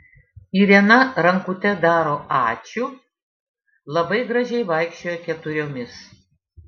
irena rankute daro ačiū labai gražiai vaikščioja keturiomis